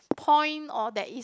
point or that is